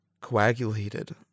coagulated